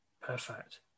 perfect